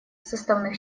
составных